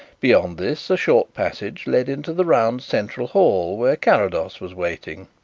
beyond this, a short passage led into the round central hall where carrados was waiting.